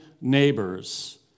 neighbors